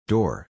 Door